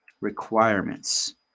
requirements